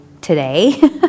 today